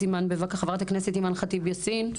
חברת הכנסת אימאן ח'טיב יאסין.